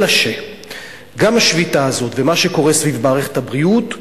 אלא שגם השביתה הזאת ומה שקורה סביב מערכת הבריאות,